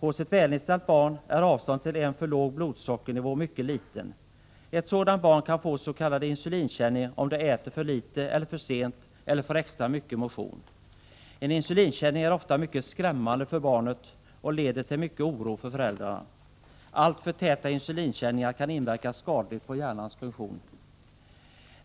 Hos ett välinställt barn är avståndet till en för låg blodsockernivå mycket liten. Ett sådant barn kan få s.k. insulinkänning om det äter för litet eller för sent eller får extra mycket motion. En insulinkänning är ofta mycket skrämmande för barnet och leder till mycket oro för föräldrarna. Alltför täta insulinkänningar kan inverka skadligt på hjärnans funktion.